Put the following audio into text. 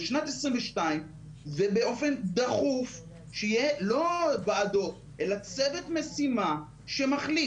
בשנת 2022 ובאופן דחוף לעשות צוות משימה שמחליט